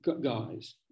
guys